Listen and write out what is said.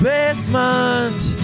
Basement